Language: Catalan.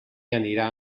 anirà